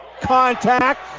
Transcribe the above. contact